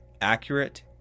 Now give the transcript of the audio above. accurate